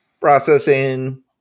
processing